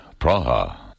Praha